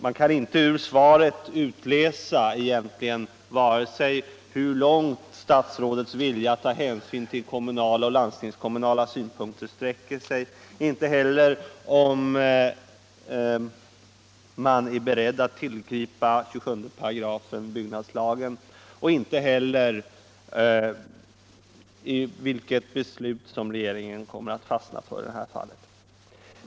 Man kan ur svaret egentligen inte utläsa vare sig hur långt statsrådets vilja att ta hänsyn till kommunala och landstingskommunala synpunkter sträcker sig eller om regeringen är beredd att tillgripa 27 § byggnadslagen. Man kan inte heller utläsa vilket beslut regeringen kommer att fastna för i det här fallet.